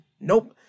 Nope